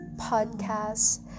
podcasts